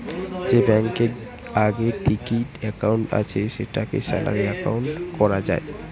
যে ব্যাংকে আগে থিকেই একাউন্ট আছে সেটাকে স্যালারি একাউন্ট কোরা যায়